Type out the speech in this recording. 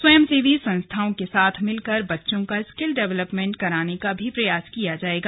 स्वयंसेवी संस्थाओं के साथ मिलकर बच्चों का स्किल डेवलेपमेन्ट कराने का प्रयास भी किया जाएगा